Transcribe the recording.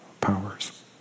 powers